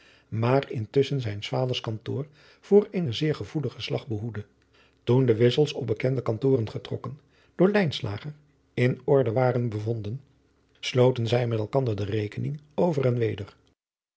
maar intusschen zijns vaders kantoor voor eenen zeer gevoeligen slag behoedde toen de wissels op bekende kantoren getrokken door lijnslager in orde waren bevonden sloten zij met elkander de rekening over en weder